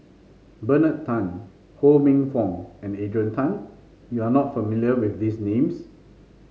Bernard Tan Ho Minfong and Adrian Tan you are not familiar with these names